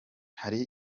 hari